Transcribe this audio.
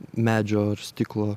medžio ar stiklo